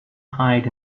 hide